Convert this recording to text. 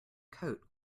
coat